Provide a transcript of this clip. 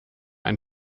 ein